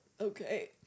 okay